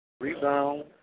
Rebound